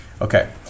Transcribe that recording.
Okay